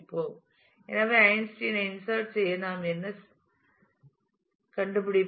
எனவே ஐன்ஸ்டீனைச் இன்சட் செய்ய நாம் என்ன கண்டுபிடிப்போம்